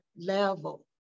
level